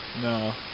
No